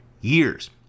years